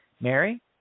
Mary